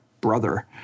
brother